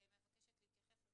מבקשת להתייחס,